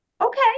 Okay